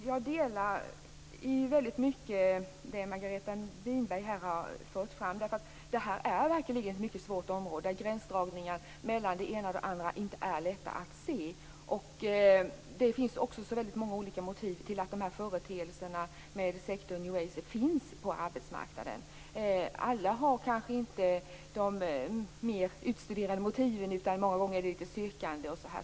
Fru talman! Jag delar mycket av det som Margareta Winberg här har fört fram. Det här är verkligen ett mycket svårt område, där gränser mellan det ena och det andra inte är lätta att se. Det finns också väldigt många olika motiv till att företeelser som sekter och new age finns på arbetsmarknaden. Alla har kanske inte de mer utstuderade motiven, utan många gånger är det litet sökande osv.